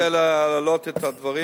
אני רוצה להעלות את הדברים.